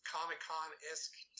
Comic-Con-esque